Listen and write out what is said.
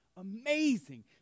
amazing